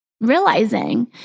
realizing